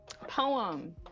poem